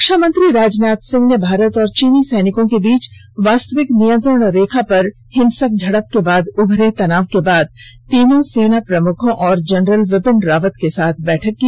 रक्षा मंत्री राजनाथ सिंह ने भारत और चीनी सैनिकों के बीच वास्वविक नियंत्रण रेखा पर हिंसक झड़प के बाद उमरे तनाव के बाद तीनों सेना प्रमुखों और जनरल विपिन रावत के साथ बैठक की